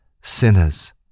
sinners